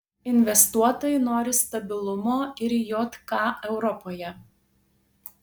investuotojai nori stabilumo ir jk europoje